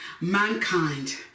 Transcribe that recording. mankind